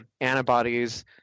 antibodies